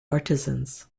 artisans